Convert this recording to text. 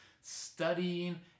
studying